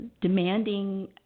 demanding